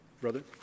Brother